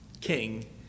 King